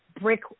brick